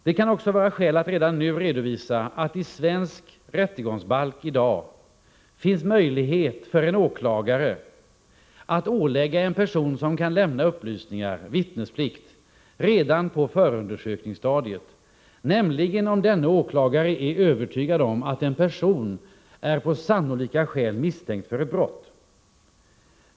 Det kan vara skäl att här redovisa att det i svensk rättegångsbalk i dag finns möjlighet för en åklagare att redan på förundersökningsstadiet ålägga en person som kan lämna upplysningar vittnesplikt, om åklagaren är övertygad om att en person är på sannolika skäl misstänkt för brott.